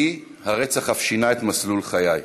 לי הרצח אף שינה את מסלול חיי.